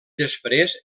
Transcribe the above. després